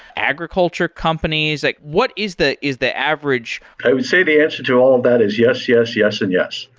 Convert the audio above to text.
agriculture companies? like what is the is the average? i would say the answer to all of that is yes, yes, yes and yes.